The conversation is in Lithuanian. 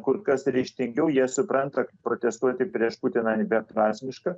kur kas ryžtingiau jie supranta kad protestuoti prieš putiną beprasmiška